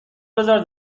بزار